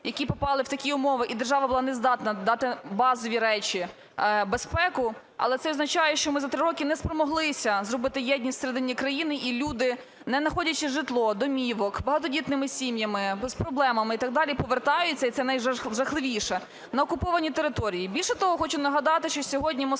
які попали в такі умови, і держава була не здатна дати базові речі – безпеку, але це означає, що ми за три роки не спромоглися зробити єдність всередині країни, і люди, не находячи житло, домівок, з багатодітними сім'ями, з проблемами і так далі, повертаються, і це найжахливіше, на окуповані території. Більше того, хочу нагадати, що сьогодні